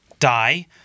Die